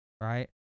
right